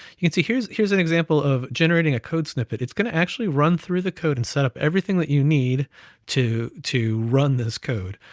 you can see, here's here's an example of generating a code snippet. it's gonna actually run through the code, and set up everything that you need to to run this code.